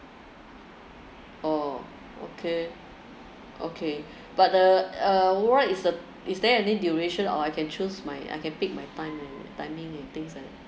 orh okay okay but the what is uh is there any duration or I can choose my I can pick my time and timing and things like